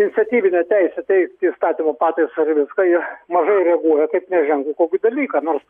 iniciatyvinę teisę teikti įstatymo pataisą ir viską ir mažai reaguoja kaip neženklų kokį dalyką nors